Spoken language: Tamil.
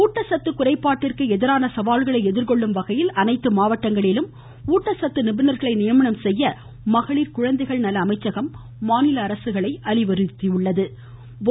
ஊட்டச்சத்து ஊட்டச்சத்து குறைபாட்டிற்கு எதிரான சவால்களை எதிர்கொள்ளும் வகையில் அனைத்து மாவட்டங்களிலும் ஊட்டச்சத்து நிபுணர்களை நியமனம் செய்ய மகளிர் குழந்தைகள் நல அமைச்சகம் மாநில அரசுகளை அறிவுறுத்தியுள்ளது